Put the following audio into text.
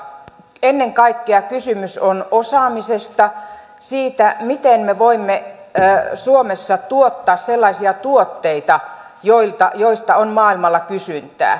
ennen kaikkea kysymys on osaamisesta siitä miten me voimme suomessa tuottaa sellaisia tuotteita joista on maailmalla kysyntää